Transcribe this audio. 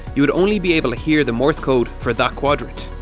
you would only be able to hear the morse code for that quadrant